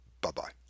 Bye-bye